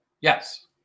Yes